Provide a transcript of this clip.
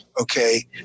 okay